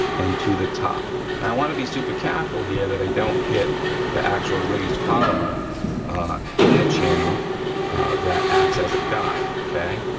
and to the top. now and i wanna be super careful here that i don't hit the actual raised polymer in the channel that acts as a guide, okay?